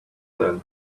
then